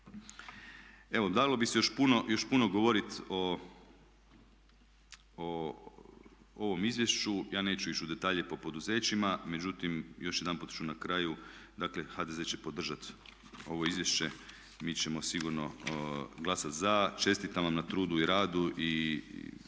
Evo, dalo bi se još puno govoriti o ovom izvješću. Ja neću ići u detalje po poduzećima, međutim još jedanput ću na kraju, dakle HZD će podržati ovo izvješće, mi ćemo sigurno glasati za, čestitam vam na trudu i radu i